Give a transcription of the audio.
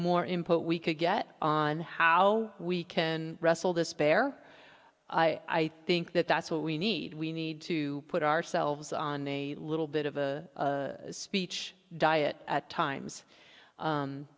more input we could get on how we can wrestle this bear i think that that's what we need we need to put ourselves on a little bit of a speech diet at times